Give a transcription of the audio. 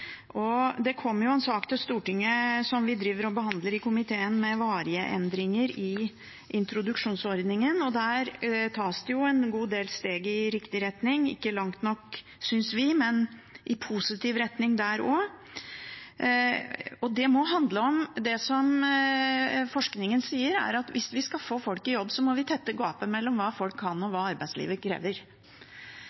Det kommer en sak til Stortinget som vi nå behandler i komiteen, om varige endringer i introduksjonsordningen. Der tas det en god del steg i riktig retning, ikke langt nok, synes vi, men i positiv retning der også. Det må handle om det forskningen sier om at hvis vi skal få folk i jobb, må vi tette gapet mellom hva folk kan og